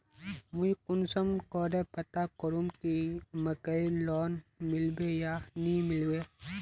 मुई कुंसम करे पता करूम की मकईर लोन मिलबे या नी मिलबे?